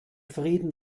frieden